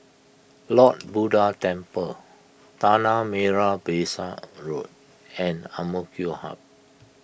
Lord Buddha Temple Tanah Merah Besar Road and Amk Hub